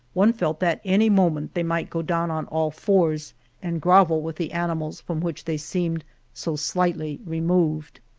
one felt that any moment they might go down on all-fours and grovel with the animals from which they seemed so slightly removed.